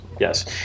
yes